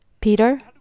Peter